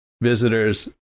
Visitors